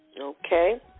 okay